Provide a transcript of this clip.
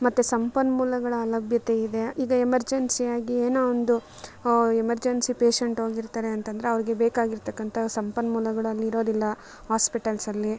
ಮತ್ತು ಸಂಪನ್ಮೂಲಗಳ ಅಲಭ್ಯತೆ ಇದೆ ಈಗ ಎಮರ್ಜನ್ಸಿ ಆಗಿ ಏನೋ ಒಂದು ಎಮರ್ಜನ್ಸಿ ಪೇಷಂಟ್ ಹೋಗಿರ್ತಾರೆ ಅಂತಂದರೆ ಅವ್ರಿಗೆ ಬೇಕಾಗಿರತಕ್ಕಂಥ ಸಂಪನ್ಮೂಲಗಳು ಅಲ್ಲಿರೋದಿಲ್ಲ ಹಾಸ್ಪಿಟಲ್ಸಲ್ಲಿ